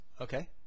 Okay